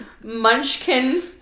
munchkin